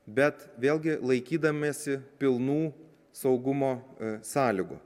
bet vėlgi laikydamiesi pilnų saugumo sąlygų